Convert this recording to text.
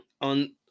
on